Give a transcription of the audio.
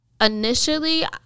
initially